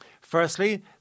Firstly